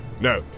No